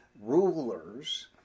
rulers